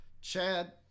Chad